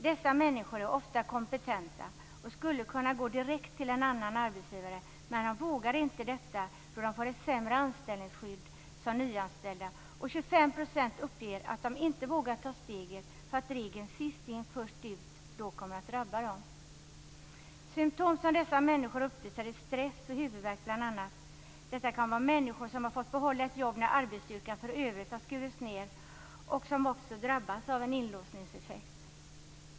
Dessa människor är ofta kompetenta och skulle kunna gå direkt till en annan arbetsgivare. Men de vågar inte detta därför att de får ett sämre anställningsskydd som nyanställda. 25 % uppger att de inte vågar ta steget därför att regeln sist in, först ut då kommer att drabba dem. Symtom som dessa människor uppvisar är bl.a. stress och huvudvärk. Det kan vara människor som har fått behålla jobbet när arbetsstyrkan för övrigt skurits ned och som också drabbas av en inlåsningseffekt.